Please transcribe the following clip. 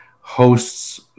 hosts